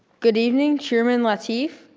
good evening chairman lateef,